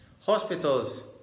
hospitals